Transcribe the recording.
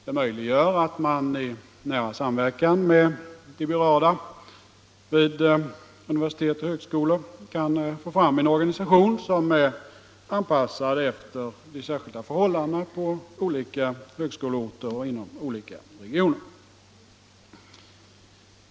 Det möjliggör att man i nära samverkan med de berörda vid universitet och högskolor kan f? fram en organisation som är anpassad efter de särskilda förhållandena på olika högskoleorter och inom olika regioner.